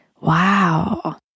Wow